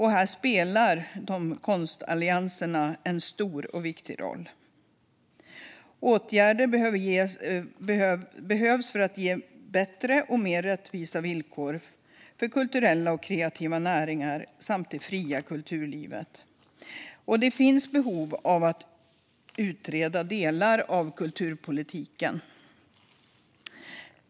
Här spelar konstallianserna en stor och viktig roll. Åtgärder behövs för att ge bättre och mer rättvisa villkor för kulturella och kreativa näringar samt det fria kulturlivet. Det finns behov av att utreda delar av kulturpolitiken.